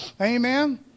Amen